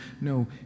No